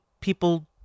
people